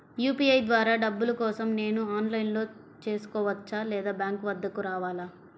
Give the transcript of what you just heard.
UPI ద్వారా డబ్బులు కోసం నేను ఆన్లైన్లో చేసుకోవచ్చా? లేదా బ్యాంక్ వద్దకు రావాలా?